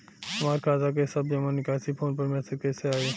हमार खाता के सब जमा निकासी फोन पर मैसेज कैसे आई?